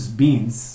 beans